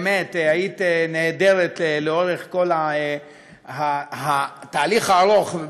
באמת היית נהדרת לאורך כל התהליך הארוך.